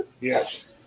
Yes